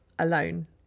Alone